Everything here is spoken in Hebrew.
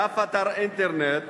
באף אתר אינטרנט